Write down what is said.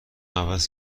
عوض